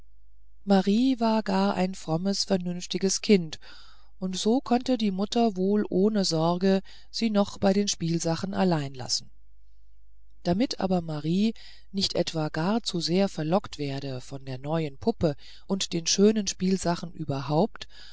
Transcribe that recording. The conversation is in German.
marie war gar ein frommes vernünftiges kind und so konnte die gute mutter wohl ohne sorgen sie noch bei den spielsachen allein lassen damit aber marie nicht etwa gar zu sehr verlockt werde von der neuen puppe und den schönen spielsachen überhaupt